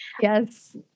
Yes